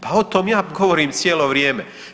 Pa o tome ja govorim cijelo vrijeme.